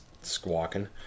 squawking